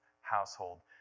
household